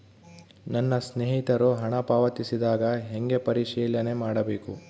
ನನ್ನ ಸ್ನೇಹಿತರು ಹಣ ಪಾವತಿಸಿದಾಗ ಹೆಂಗ ಪರಿಶೇಲನೆ ಮಾಡಬೇಕು?